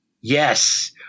Yes